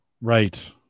Right